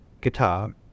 guitar